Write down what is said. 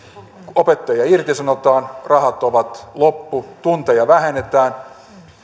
opettajia irtisanotaan rahat ovat loppu tunteja vähennetään